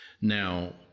Now